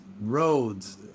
roads